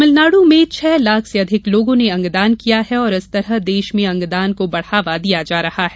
तमिलनाडु में छह लाख से अधिक लोगों ने अंगदान किया है और इस तरह देश में अंगदान को बढ़ावा दिया जा रहा है